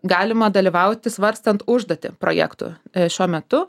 galima dalyvauti svarstant užduotį projektų šiuo metu